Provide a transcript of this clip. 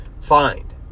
find